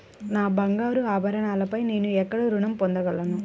నా బంగారు ఆభరణాలపై నేను ఎక్కడ రుణం పొందగలను?